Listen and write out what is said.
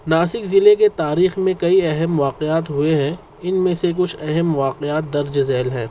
ناسک ضلع کے تاریخ میں کئی اہم واقعات ہوئے ہیں ان میں سے کچھ اہم واقعات درج ذیل ہیں